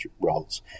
roles